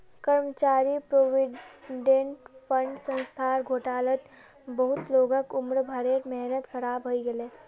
कर्मचारी provident fund संस्थार घोटालात बहुत लोगक उम्र भरेर मेहनत ख़राब हइ गेले